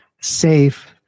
safe